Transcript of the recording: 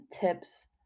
tips